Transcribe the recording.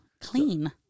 Clean